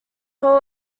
hull